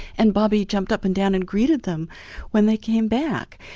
and bobby jumped up and down and greeted them when they came back.